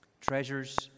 Treasures